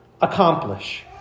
accomplish